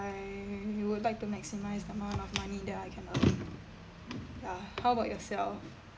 I would like to maximize the amount of money that I can earn ya how about yourself